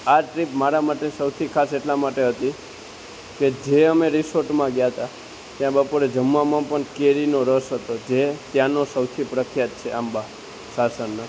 આ ટ્રીપ મારા સૌથી ખાસ એટલા માટે હતી કે જે અમે રિસોર્ટમાં ગયા હતા ત્યાં બપોરે જમવામાં પણ કેરીનો રસ હતો જે ત્યાંનો સૌથી પ્રખ્યાત છે આંબા સાસણના